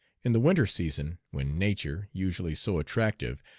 in the winter season, when nature, usually so attractive,